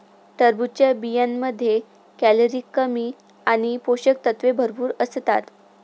टरबूजच्या बियांमध्ये कॅलरी कमी आणि पोषक तत्वे भरपूर असतात